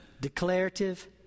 Declarative